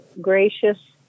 gracious